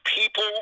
people